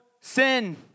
sin